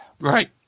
Right